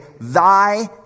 thy